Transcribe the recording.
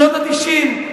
שנות ה-90,